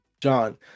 John